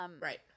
Right